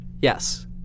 Yes